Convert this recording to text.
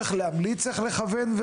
מ-2003 אני מעסיק מטפלים.